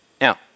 now